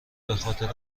بخاطر